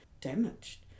damaged